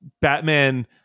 Batman